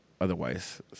otherwise